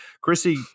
Chrissy